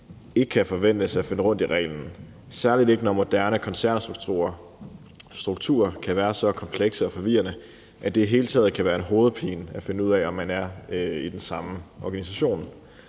ikke kan forventes at finde rundt i reglerne, særlig ikke når moderne koncernstrukturer kan være så komplekse og forvirrende, at det i det hele taget kan være en hovedpine at finde ud af, om man er i den samme organisation.